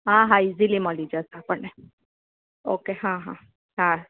હા હા ઇઝીલી મળી જશે આપણને ઓકે હા હા હા